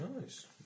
Nice